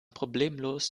problemlos